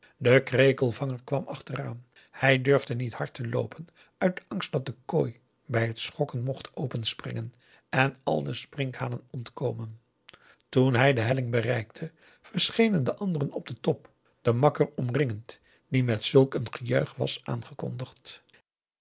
verdwijnen de krekelvanger kwam achteraan hij durfde niet hard te loopen uit angst dat de kooi bij het schokken mocht openspringen en al de sprinkhanen ontkomen toen hij augusta de wit orpheus in de dessa de helling bereikte verschenen de anderen op den top den makker omringend die met zulk een gejuich was aangekondigd